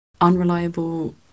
unreliable